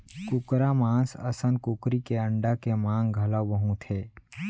कुकरा मांस असन कुकरी के अंडा के मांग घलौ बहुत हे